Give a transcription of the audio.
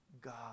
God